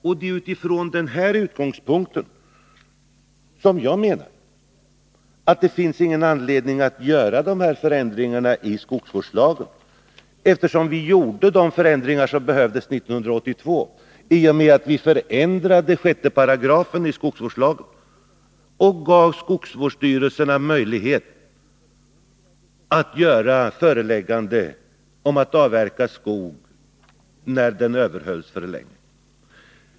Det är också från denna utgångspunkt som jag menar att det inte finns någon anledning att göra de föreslagna förändringarna i skogsvårdslagen, eftersom vi 1982 gjorde de ändringar som behövde göras, i och med att vi förändrade 6 § i skogsvårdslagen och gav skogsvårdsstyrelserna möjlighet att utfärda föreläggande om avverkning av skog som ”överhållits” för länge.